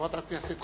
חברת הכנסת חנין.